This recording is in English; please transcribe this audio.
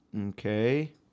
Okay